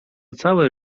całe